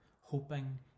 hoping